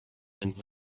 and